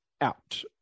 out